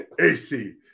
AC